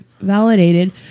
validated